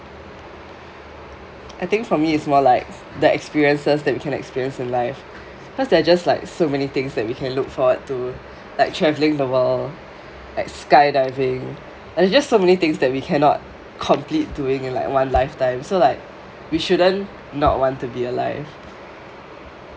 I think for me is more like the experiences that we can experience in life cause there are just like so many things that we can look forward to like travelling the world like skydiving and just so many things that we cannot complete doing in like one lifetime so like we shouldn't not want to be alive